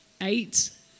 eight